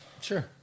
Sure